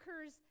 occurs